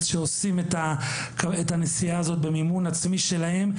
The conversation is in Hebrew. שעושים את הנסיעה הזאת במימון עצמי שלהם.